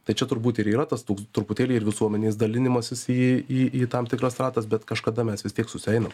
tad čia turbūt ir yra tas toks truputėlį ir visuomenės dalinimasis į į į tam tikras stratas bet kažkada mes vis tiek susieinam